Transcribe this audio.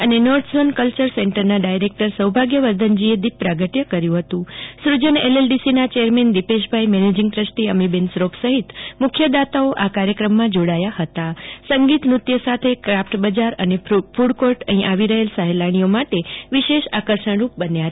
અને north zone culture સેન્ટરનાં director સૌભાગ્યવર્ધનજીએ દીપ પ્રાગટ્ય કર્યું હતું સૃજન એલએલડીસીનાં chairman Dipesh bhai managing trustee Amiben Shroff સહિત મુખ્ય દાતાઓ આ કાર્યક્રમમાં જોડાયા હતા ક્રાફ્ટ બજાર અને કૂડકોડ અહી આવી રહેલ સેહિલાણીઓ માટે વિશેષ આકર્ષણરૂપ બન્યા હતા